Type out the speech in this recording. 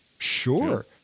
sure